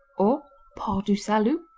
or port du salut,